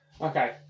okay